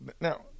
now